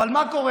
אבל מה קורה,